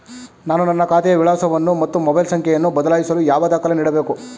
ನಾನು ನನ್ನ ಖಾತೆಯ ವಿಳಾಸವನ್ನು ಮತ್ತು ಮೊಬೈಲ್ ಸಂಖ್ಯೆಯನ್ನು ಬದಲಾಯಿಸಲು ಯಾವ ದಾಖಲೆ ನೀಡಬೇಕು?